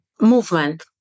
movement